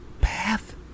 path